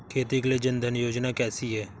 खेती के लिए जन धन योजना कैसी है?